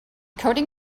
coding